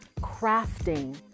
crafting